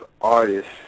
artists